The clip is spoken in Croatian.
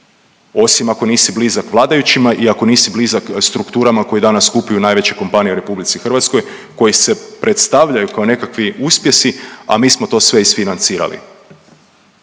osim ako nisi blizak vladajućima i ako nisi blizak strukturama koje danas kupuju najveće kompanije u RH koje se predstavljaju kao nekakvi uspjesi, a mi smo to sve isfinancirali,